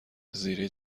زیره